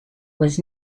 was